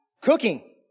cooking